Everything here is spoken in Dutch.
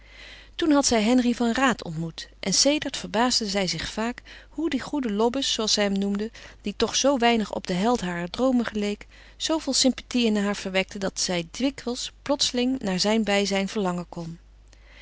toen had zij henri van raat ontmoet en sedert verbaasde zij zich vaak hoe die goede lobbes zooals zij hem noemde die toch zoo weinig op den held harer droomen geleek zooveel sympathie in haar verwekte dat zij dikwijls plotseling naar zijn bijzijn verlangen kon